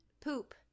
poop